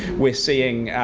we're seeing